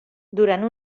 durant